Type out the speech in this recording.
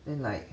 then like